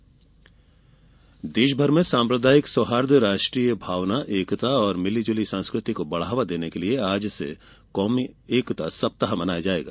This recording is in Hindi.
कौमी एकता देशभर में साम्प्रदायिक सौहार्द राष्ट्रीय भावना और एकता तथा भिली जुली संस्कृति को बढावा देने के लिए आज से कौमी एकता सप्ताह मनाया जाएगा